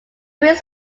wheels